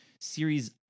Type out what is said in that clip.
series